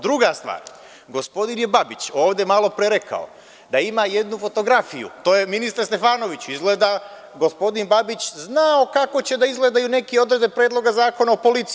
Druga stvar, gospodin Babić je ovde malo pre rekao da ima jednu fotografiju, to je ministre Stefanoviću, izgleda gospodin Babić znao kako će da izgleda i neke odredbe Predloga zakona o policiji.